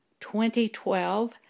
2012